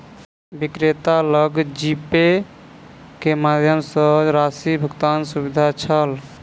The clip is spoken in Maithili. विक्रेता लग जीपे के माध्यम सॅ राशि भुगतानक सुविधा छल